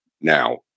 Now